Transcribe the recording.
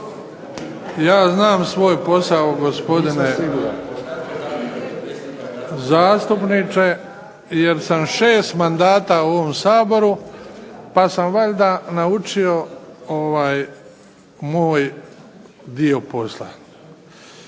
Ja znam svoj posao gospodine zastupniče, jer sam šest mandata u ovom Saboru, pa sam valjda naučio moj dio posla.